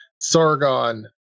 Sargon